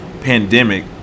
pandemic